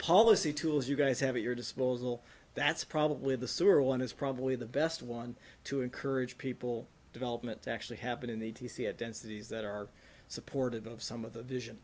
policy tools you guys have at your disposal that's probably the sewer one is probably the best one to encourage people development to actually happen in the t c at densities that are supportive of some of the vision